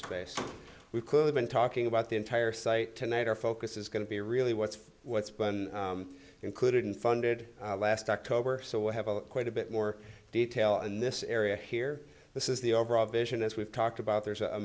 space we could have been talking about the entire site tonight our focus is going to be really what's what's included unfunded last october so we have a quite a bit more detail in this area here this is the overall vision as we've talked about there's a